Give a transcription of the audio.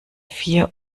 vier